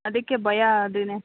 ಅದಕ್ಕೆ ಭಯ ಅದೇ